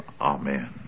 Amen